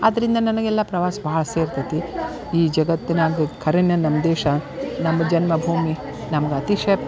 ಆದ್ದರಿಂದ ನನಗೆಲ್ಲಾ ಪ್ರವಾಸ ಭಾಳ ಸೇರ್ತದೆ ಈ ಜಗತ್ತಿನಾಗ ಖರೇನ ನಮ್ಮ ದೇಶ ನಮ್ಮ ಜನ್ಮ ಭೂಮಿ ನಮ್ಗೆ ಅತಿಶಯ